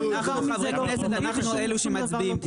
אנחנו חברי הכנסת, אנחנו אלו שמצביעים.